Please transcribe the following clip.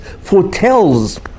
foretells